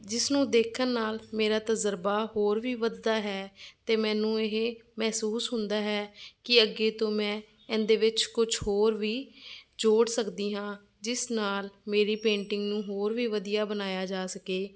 ਜਿਸ ਨੂੰ ਦੇਖਣ ਨਾਲ ਮੇਰਾ ਤਜਰਬਾ ਹੋਰ ਵੀ ਵੱਧਦਾ ਹੈ ਅਤੇ ਮੈਨੂੰ ਇਹ ਮਹਿਸੂਸ ਹੁੰਦਾ ਹੈ ਕਿ ਅੱਗੇ ਤੋਂ ਮੈਂ ਇਹਦੇ ਵਿੱਚ ਕੁਛ ਹੋਰ ਵੀ ਜੋੜ ਸਕਦੀ ਹਾਂ ਜਿਸ ਨਾਲ ਮੇਰੀ ਪੇਂਟਿੰਗ ਨੂੰ ਹੋਰ ਵੀ ਵਧੀਆ ਬਣਾਇਆ ਜਾ ਸਕੇ